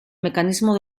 mecanismo